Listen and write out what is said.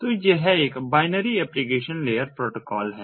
तो यह एक बायनरी एप्लीकेशन लेयर प्रोटोकॉल है